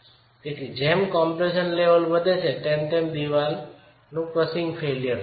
તેથી જેમ compression level વધે છે તેમ તેમ દિવાલ ક્રસિંગથી ફેઈલ થાય છે